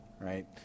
right